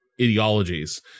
ideologies